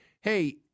hey